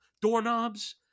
doorknobs